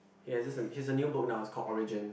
he has this he has a new book now it's called Origin